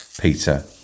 Peter